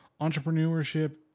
entrepreneurship